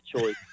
choice